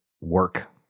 work